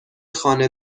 خانه